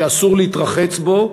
במקום שאסור להתרחץ בו,